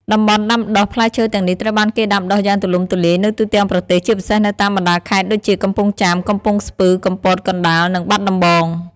តំបន់ដាំដុះ: ផ្លែឈើទាំងនេះត្រូវបានគេដាំដុះយ៉ាងទូលំទូលាយនៅទូទាំងប្រទេស ជាពិសេសនៅតាមបណ្តាខេត្តដូចជា កំពង់ចាម កំពង់ស្ពឺ កំពត កណ្តាល និងបាត់ដំបង។